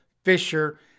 Fisher